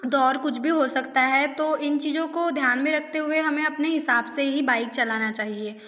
तो और कुछ भी हो सकता है तो इन चीज़ों को ध्यान में रखते हुए हमें अपने हिसाब से ही बाइक चलाना चाहिए